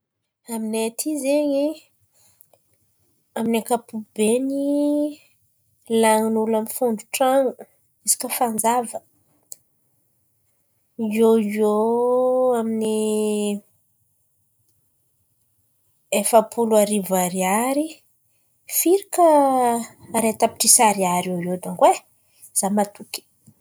Aminay aty zen̈y, amin'ny ankapobeany, lanin'olo amin'ny fondro-tran̈o isaka fanjava eo ho eo amin'ny efa-polo arivo Ariary firaka ray tapitrisa ariary eo dônko e, izaho matoky.